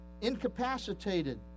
incapacitated